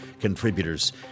contributors